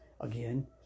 Again